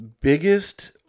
Biggest